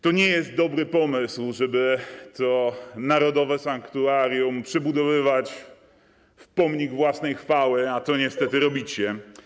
To nie jest dobry pomysł, żeby to narodowe sanktuarium przebudowywać w pomnik własnej chwały, a to niestety robicie.